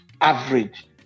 average